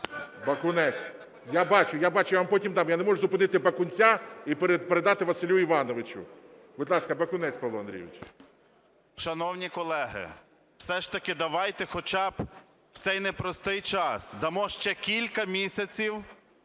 Бакунець. Я бачу, я бачу. Я вам потім дам. Я не можу зупинити Бакунця і передати Василю Івановичу. Будь ласка, Бакунець Павло Андрійович. 11:50:07 БАКУНЕЦЬ П.А. Шановні колеги, все ж таки давайте хоча б в цей непростий час дамо ще кілька місяців